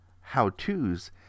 how-tos